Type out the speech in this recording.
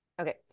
Okay